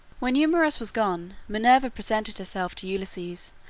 when eumaeus was gone, minerva presented herself to ulysses,